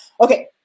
Okay